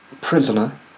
Prisoner